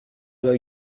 allo